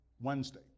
Wednesday